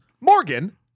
Morgan